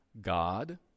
God